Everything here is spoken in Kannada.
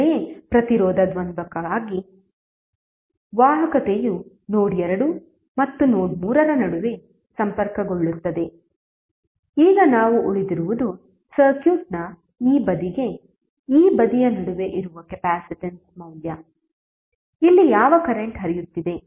ಅಂತೆಯೇ ಪ್ರತಿರೋಧ ದ್ವಂದ್ವಕ್ಕಾಗಿ ವಾಹಕತೆಯು ನೋಡ್ 2 ಮತ್ತು ನೋಡ್ 3 ರ ನಡುವೆ ಸಂಪರ್ಕಗೊಳ್ಳುತ್ತದೆ ಈಗ ನಾವು ಉಳಿದಿರುವುದು ಸರ್ಕ್ಯೂಟ್ನ ಈ ಬದಿಗೆ ಈ ಬದಿಯ ನಡುವೆ ಇರುವ ಕೆಪಾಸಿಟನ್ಸ್ ಮೌಲ್ಯ ಇಲ್ಲಿ ಯಾವ ಕರೆಂಟ್ ಹರಿಯುತ್ತಿದೆ